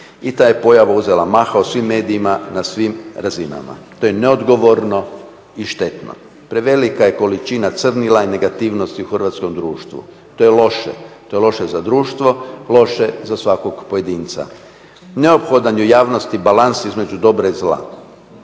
I ta je pojava uzela maha u svim medijima na svim razinama. To je neodgovorno i štetno. Prevelika je količina crnila i negativnosti u hrvatskom društvu. To je loše, to je loše za društvo, loše za svakog pojedinca. Neophodan je u javnosti balans između dobra i zla